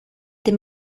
dem